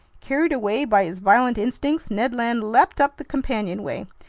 carried away by his violent instincts, ned land leaped up the companionway.